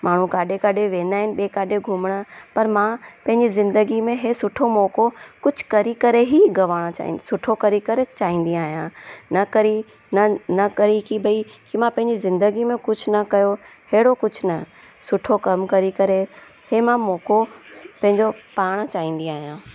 माण्हू काथे काथे वेंदा आहिनि ॿिए काथे घुमणु पर मां पंहिंजी ज़िंदगी में हीअ सुठो मौक़ो कुझु करे करे ई गवाइणु चाहींदी आहियां सुठो करे करे चाहींदी आहियां न करी न न करी की भई की मां पंहिंजी ज़िंदगी में कुझु न कयो अहिड़ो कुझु न सुठो कमु करे करे हीअ मां मौक़ो पंहिंजो पाण चाहींदी आहियां